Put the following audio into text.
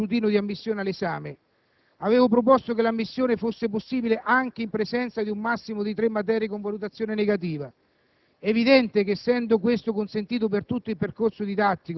Un'altra questione che avevo sollevato era quella dello scrutinio di ammissione all'esame. Avevo proposto che l'ammissione fosse possibile anche in presenza di un massimo di tre materie con valutazione negativa.